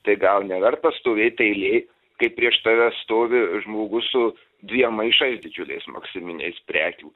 tai gal neverta stovėt eilėj kaip prieš tave stovi žmogus su dviem maišais didžiuliais maksiminiais prekių